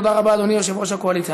תודה רבה, אדוני יושב-ראש הקואליציה.